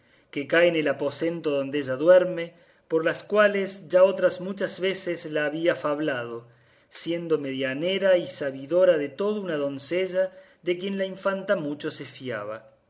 que cae en el aposento donde ella duerme por las cuales ya otras muchas veces la había fablado siendo medianera y sabidora de todo una doncella de quien la infanta mucho se fiaba